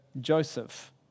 Joseph